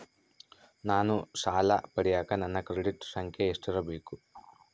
ನಾನು ಸಾಲ ಪಡಿಯಕ ನನ್ನ ಕ್ರೆಡಿಟ್ ಸಂಖ್ಯೆ ಎಷ್ಟಿರಬೇಕು?